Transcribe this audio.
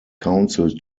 council